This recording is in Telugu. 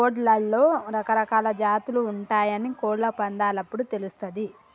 కోడ్లలో రకరకాలా జాతులు ఉంటయాని కోళ్ళ పందేలప్పుడు తెలుస్తది